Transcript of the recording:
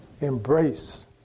embrace